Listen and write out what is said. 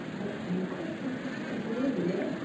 okay. going to click to continue the video.